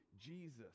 Jesus